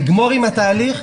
נגמור עם התהליך.